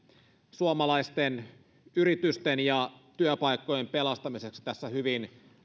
suomalaisten yritysten ja työpaikkojen pelastamiseksi tässä hyvin